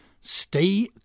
Stay